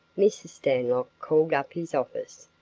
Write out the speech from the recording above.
mrs. stanlock called up his office,